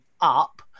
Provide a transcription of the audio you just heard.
up